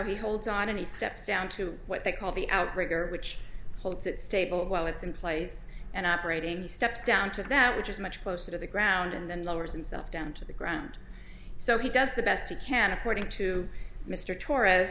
he holds on and he steps down to what they call the outrigger which holds it stable while it's in place and operating he steps down to that which is much closer to the ground and then lowers him self down to the ground so he does the best he can according to mr to